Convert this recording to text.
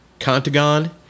Contagon